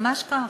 ממש כך.